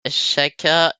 chacun